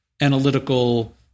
analytical